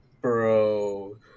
bro